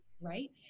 Right